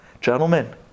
Gentlemen